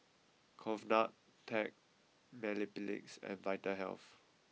Convatec Mepilex and Vitahealth